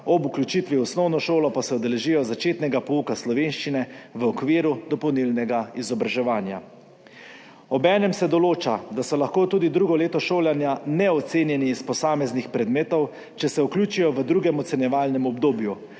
ob vključitvi v osnovno šolo pa se udeležijo začetnega pouka slovenščine v okviru dopolnilnega izobraževanja. Obenem se določa, da so lahko tudi drugo leto šolanja neocenjeni iz posameznih predmetov, če se vključijo v drugem ocenjevalnem obdobju.